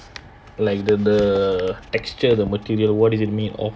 like th~ the texture the material what is it made of